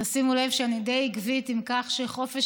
תשימו לב שאני די עקבית בכך שחופש